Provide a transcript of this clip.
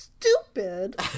stupid